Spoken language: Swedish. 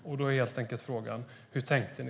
Frågan blir då: Hur tänkte ni?